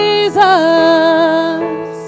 Jesus